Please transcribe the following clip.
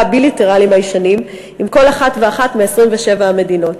הבילטרליים הישנים עם כל אחת ואחת מ-27 המדינות.